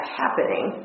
happening